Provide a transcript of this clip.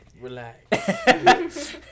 relax